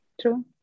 true